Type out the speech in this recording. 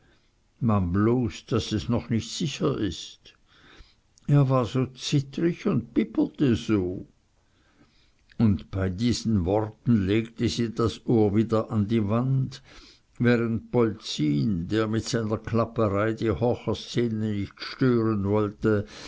man bloß daß es noch nich sicher is er war so zittrig und bibberte so und bei diesen worten legte sie das ohr wieder an die wand während polzin der mit seiner klapperei die horcherszene nicht stören wollte